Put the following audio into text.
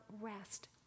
rest